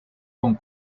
con